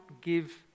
give